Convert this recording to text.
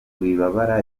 wibabara